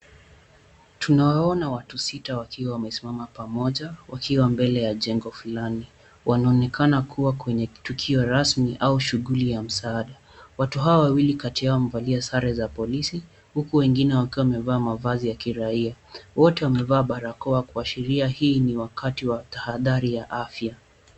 Tunawaona watu sita wakiwa wamesimama pamoja wakiwa mbele ya jengo fulani wanaonekana kuwa kwenye tukio rasmi au shughuli ya msaada. Watu hao wawili kati yao amevalia sare za polisi huku wengine wakiwa wamevaa mavazi ya kiraia. Wote wamevaa barakoa kuashiria hii ni tahadhari ya afya.